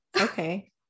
okay